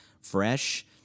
fresh